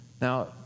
Now